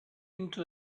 into